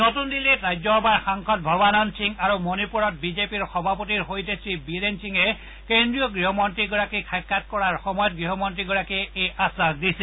নতুন দিল্লীত ৰাজ্যসভাৰ সাংসদ ভৱানন্দ সিং আৰু মণিপুৰ বিজেপিৰ সভাপতিৰ সৈতে শ্ৰীবীৰেন সিঙে কেন্দ্ৰীয় গৃহমন্ত্ৰীগৰাকীক সাক্ষাৎ কৰাৰ সময়ত এই আশ্বাস দিছে